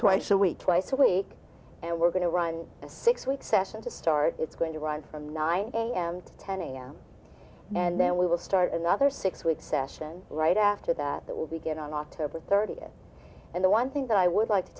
twice a week twice a week and we're going to run a six week session to start it's going to run from nine am to ten am and then we will start another six week session right after that that will begin on october thirtieth and the one thing that i would like to